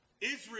Israel